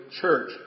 church